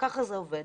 ככה זה עובד.